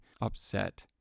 upset